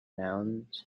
nouns